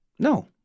No